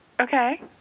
Okay